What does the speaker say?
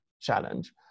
challenge